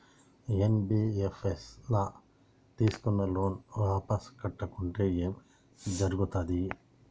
NBFS ల తీస్కున్న loan వాపస్ కట్టకుంటే ఏం జర్గుతది?